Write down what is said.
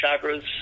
chakras